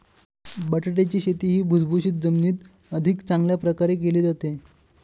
बटाट्याची शेती ही भुसभुशीत जमिनीत अधिक चांगल्या प्रकारे केली जाते